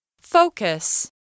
Focus